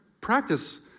practice